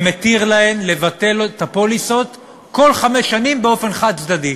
שמתיר להן לבטל את הפוליסות כל חמש שנים באופן חד-צדדי,